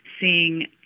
seeing